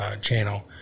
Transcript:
channel